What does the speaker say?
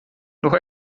noch